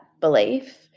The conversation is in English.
belief